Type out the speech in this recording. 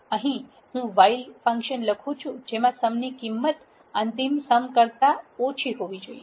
અહી હું આ વાઇલ ફંક્શન લખુ છું જેમાં સમ ની કિંમત અંતિમ અમ કરતા ઓછી હોવી જોઇએ